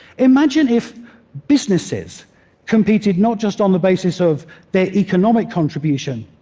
imagine if businesses competed not just on the basis of their economic contribution,